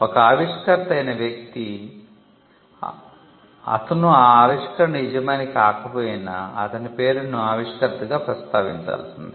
ఒక ఆవిష్కర్త అయిన వ్యక్తి అతను ఆ ఆవిష్కరణ యజమాని కాకపోయినా అతని పేరును ఆవిష్కర్తగా ప్రస్తావించాల్సిందే